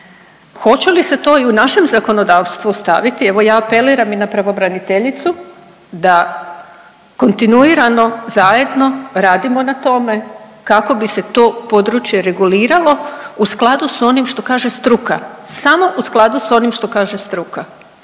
Hoće li se to i u našem zakonodavstvu staviti, evo ja apeliram i na pravobraniteljicu da kontinuirano zajedno radimo na tome kako bi se to područje reguliralo u skladu s onim što kaže struka, samo u skladu s onim što kaže struka